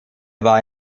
war